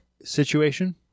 situation